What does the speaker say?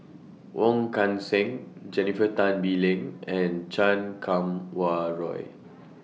Wong Kan Seng Jennifer Tan Bee Leng and Chan Kum Wah Roy